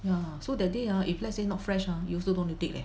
ya so that day ah if let say not fresh !huh! you also don't want to take leh